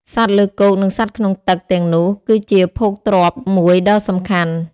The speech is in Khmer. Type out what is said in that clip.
សត្វលើគោកនឹងសត្វក្នុងទឹកទាំងនោះគឺជាភោគទ្រព្យមួយដ៏សំខាន់។